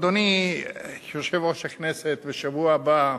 אדוני יושב-ראש הכנסת, בשבוע הבא,